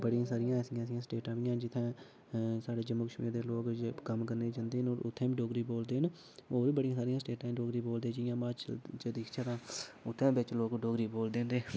बड़ी सारियां ऐसियां स्टेटां बी हेन जित्थें साढ़ै जम्मू कश्मीर दे लोकें जे कम्म करनें गी जंदे लोक उत्थें बी डोगरी बोलदे न ओर बी बड़ी सीरियां स्टेटां न डोगरी बोलदे जियां म्हाचल च दिक्खचै तां उत्थें बिच्च लोक डोगरी बोलदे ते